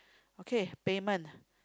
okay payment